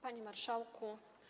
Panie Marszałku!